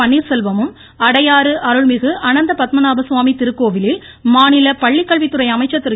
பன்னீர்செல்வமும் அடையாறு அருள்மிகு அனந்தபத்மநாப சுவாமி திருக்கோவிலில் மாநில பள்ளிக்கல்வித்துறை அமைச்சர் திரு